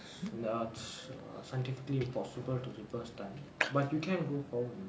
it's nuts it's scientifically impossible to reverse time but you can go forward in time or you can't move forward ya time dilation our in or the uh